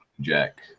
Jack